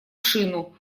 шину